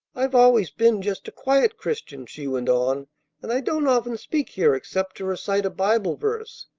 i've always been just a quiet christian, she went on and i don't often speak here except to recite a bible verse.